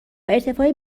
ارتفاع